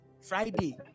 Friday